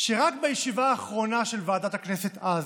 שרק בישיבה האחרונה של ועדת הכנסת אז,